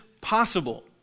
possible